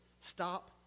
stop